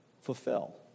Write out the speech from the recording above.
fulfill